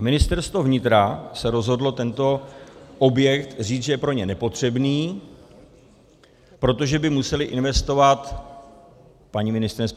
Ministerstvo vnitra se rozhodlo o tomto objektu říct, že je pro ně nepotřebný, protože by museli investovat paní ministryně